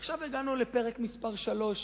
עכשיו הגענו לפרק מספר שלוש